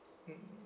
mm